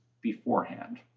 beforehand